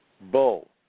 bull